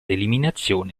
eliminazione